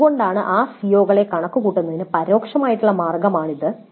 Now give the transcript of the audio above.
അതുകൊണ്ടാണ് ഇത് സിഒകളെ കണക്കുകൂട്ടുന്നതിനുള്ള പരോക്ഷമായ മാർഗ്ഗമാകുന്നത്